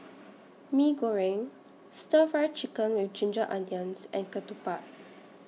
Mee Goreng Stir Fry Chicken with Ginger Onions and Ketupat